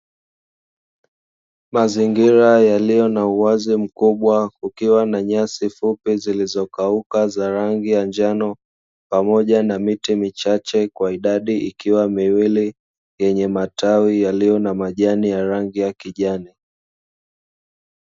Mazingira yaliyo na uwazi mkubwa kukiwa na nyasi fupi zilizokauka za rangi ya njano, pamoja na miti michache kwa idadi ikiwa miwili yenye matawi yaliyo na majani ya rangi ya kijani.